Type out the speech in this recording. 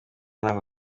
ntawo